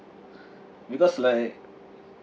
because like